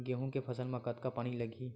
गेहूं के फसल म कतका पानी लगही?